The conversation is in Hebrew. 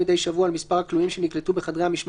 חוק ומשפט מדי שבוע על מספר הכלואים שנקלטו בחדרי המשמר